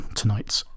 tonight's